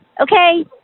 okay